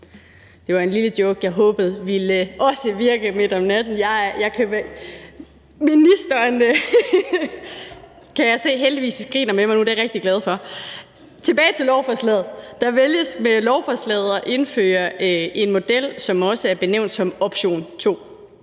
det var en lille joke, som jeg håbede også ville virke midt om natten. Jeg kan se, at ministeren heldigvis griner med mig nu – det er jeg rigtig glad for! Tilbage til lovforslaget. Der vælges med lovforslaget at indføre en model, som også er benævnt som option 2.